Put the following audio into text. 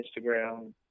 Instagram